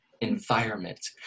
Environment